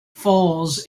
falls